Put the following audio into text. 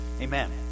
amen